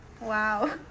Wow